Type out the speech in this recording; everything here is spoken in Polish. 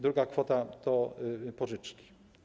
Druga kwota to pożyczki.